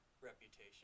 reputation